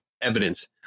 evidence